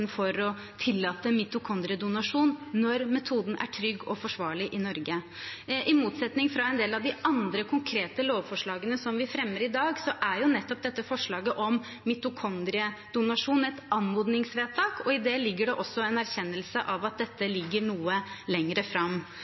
for å tillate mitokondriedonasjon når metoden er trygg og forsvarlig i Norge. I motsetning til en del av de andre konkrete lovforslagene som vi fremmer i dag, er jo nettopp dette forslaget om mitokondriedonasjon et anmodningsvedtak, og i det ligger det også en erkjennelse av at dette ligger noe lenger fram.